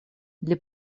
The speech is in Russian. для